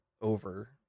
over